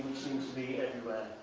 seems to be everywhere.